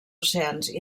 oceans